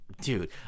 dude